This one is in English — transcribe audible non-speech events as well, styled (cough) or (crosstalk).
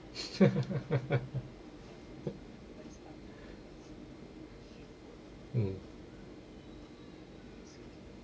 (laughs) (breath) mm